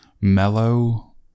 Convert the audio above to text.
mellow